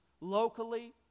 locally